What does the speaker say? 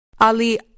Ali